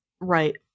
Right